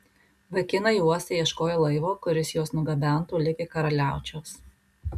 vaikinai uoste ieškojo laivo kuris juos nugabentų ligi karaliaučiaus